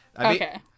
Okay